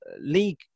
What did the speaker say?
league